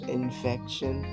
infection